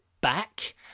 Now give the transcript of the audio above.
back